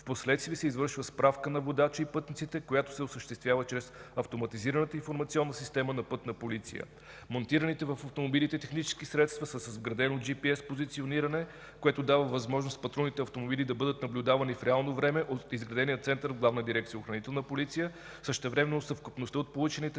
Впоследствие се извършва справка на водача и пътниците, която се осъществява чрез Автоматизираната информационна система на Пътна полиция. Монтираните в автомобилите технически средства са с вградено джипиес позициониране, което дава възможност патрулните автомобили да бъдат наблюдавани в реално време от изградения център в Главна дирекция „Охранителна полиция”.